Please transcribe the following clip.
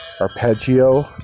arpeggio